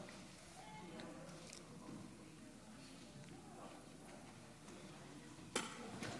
ברוכי,